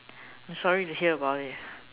I'm sorry to hear about it